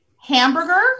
hamburger